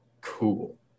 cool